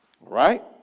Right